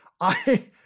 I-